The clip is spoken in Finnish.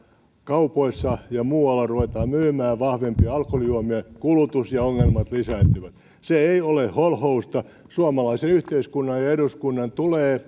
kaupoissa ja muualla ruvetaan myymään vahvempia alkoholijuomia kulutus ja ongelmat lisääntyvät se ei ole holhousta suomalaisen yhteiskunnan ja ja eduskunnan tulee